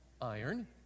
Iron